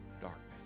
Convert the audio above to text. darkness